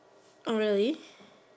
oh really